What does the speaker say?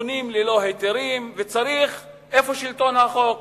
בונים ללא היתרים, ואיפה שלטון החוק?